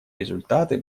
результаты